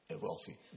wealthy